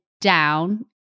down